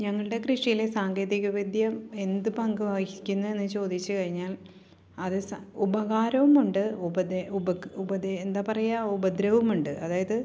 ഞങ്ങളുടെ കൃഷിയില് സാങ്കേതികവിദ്യ എന്ത് പങ്ക് വഹിക്കുന്നു എന്ന് ചോദിച്ച് കഴിഞ്ഞാൽ അത് ഉപകാരവുമുണ്ട് എന്താ പറയുക ഉപദ്രവവും ഉണ്ട് അതായത്